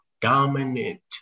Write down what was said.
dominant